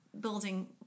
building